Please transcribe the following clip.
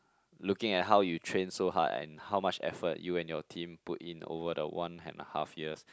looking at how you train so hard and how much effort you and your team put in over the one and a half years